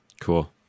Cool